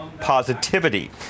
positivity